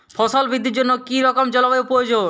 ফসল বৃদ্ধির জন্য কী রকম জলবায়ু প্রয়োজন?